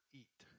eat